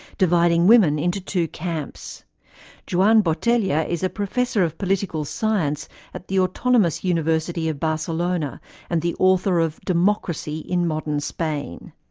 dividing women into two camps joan botella is a professor of political science at the autonomous university of barcelona and the author of democracy in modern spain.